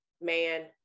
man